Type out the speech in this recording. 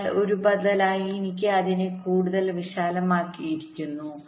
അതിനാൽ ഒരു ബദലായി എനിക്ക് അതിനെ കൂടുതൽ വിശാലമാക്കാമായിരുന്നു